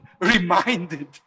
reminded